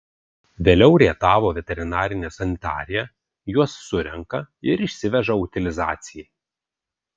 vėliau rietavo veterinarinė sanitarija juos surenka ir išsiveža utilizacijai